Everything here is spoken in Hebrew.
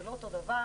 זה לא אותו דבר